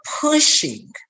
pushing